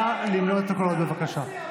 נא למנות את הקולות, בבקשה.